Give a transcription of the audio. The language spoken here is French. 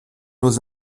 nos